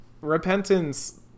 repentance